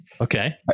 Okay